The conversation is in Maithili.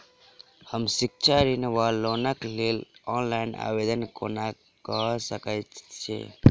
हम शिक्षा ऋण वा लोनक लेल ऑनलाइन आवेदन कोना कऽ सकैत छी?